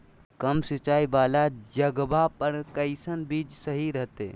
कम सिंचाई वाला जगहवा पर कैसन बीज सही रहते?